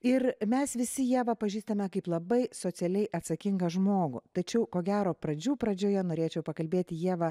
ir mes visi ievą pažįstame kaip labai socialiai atsakingą žmogų tačiau ko gero pradžių pradžioje norėčiau pakalbėti ieva